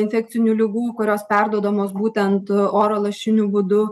infekcinių ligų kurios perduodamos būtent oro lašiniu būdu